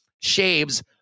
shaves